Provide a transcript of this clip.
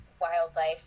wildlife